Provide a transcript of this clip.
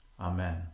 Amen